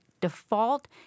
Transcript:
default